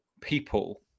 people